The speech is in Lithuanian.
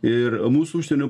ir mūsų užsienio